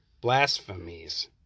blasphemies